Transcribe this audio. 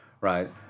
right